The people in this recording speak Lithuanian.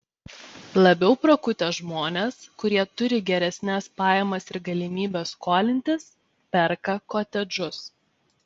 labiau prakutę žmonės kurie turi geresnes pajamas ir galimybes skolintis perka kotedžus